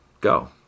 Go